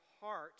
heart